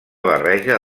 barreja